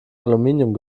aluminium